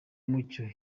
mucyo